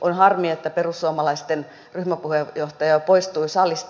on harmi että perussuomalaisten ryhmäpuheenjohtaja poistui salista